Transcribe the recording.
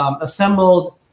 assembled